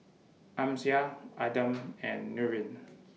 Amsyar Adam and Nurin